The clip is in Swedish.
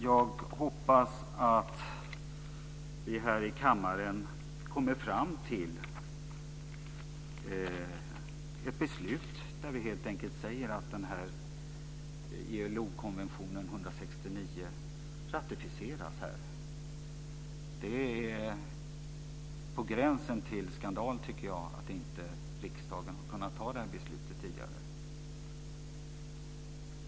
Jag hoppas att vi här i kammaren kommer fram till ett beslut om att ILO-konventionen 169 helt enkelt ratificeras. Det är på gränsen till skandal, tycker jag, att riksdagen inte kunnat fatta det beslutet tidigare.